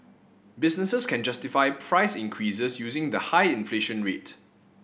businesses can justify price increases using the high inflation rate